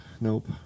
Nope